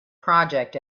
project